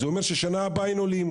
זה אומר ששנה הבאה אין עולים.